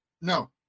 No